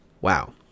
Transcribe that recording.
wow